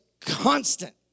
constant